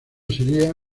sería